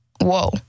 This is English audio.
whoa